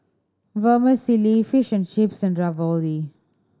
Vermicelli Fish and Chips and Ravioli